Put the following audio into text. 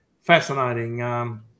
fascinating